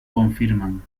confirman